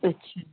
अच्छा